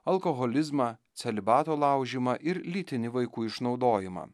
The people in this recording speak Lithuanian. alkoholizmą celibato laužymą ir lytinį vaikų išnaudojimą